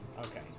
Okay